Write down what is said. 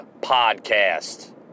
podcast